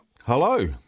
Hello